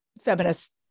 feminist